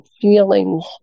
feelings